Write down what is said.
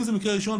אם זה מקרה ראשון,